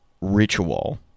ritual